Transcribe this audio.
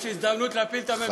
יש הזדמנות להפיל את הממשלה.